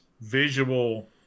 visual